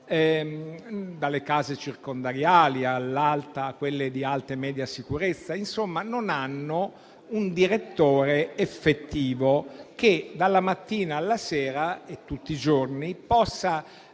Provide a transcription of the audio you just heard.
dalle case circondariali a quelle di alta e media sicurezza, non hanno un direttore effettivo che dalla mattina alla sera, tutti i giorni, possa